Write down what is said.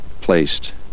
placed